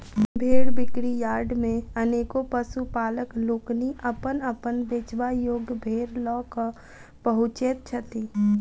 भेंड़ बिक्री यार्ड मे अनेको पशुपालक लोकनि अपन अपन बेचबा योग्य भेंड़ ल क पहुँचैत छथि